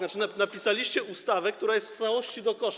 Napisaliście ustawę, która jest w całości do kosza.